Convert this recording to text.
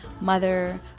mother